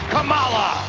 Kamala